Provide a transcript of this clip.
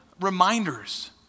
reminders